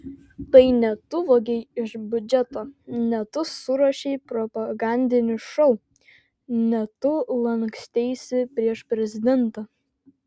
tai ne tu vogei iš biudžeto ne tu suruošei propagandinį šou ne tu lanksteisi prieš prezidentą